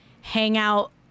hangout